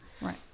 Right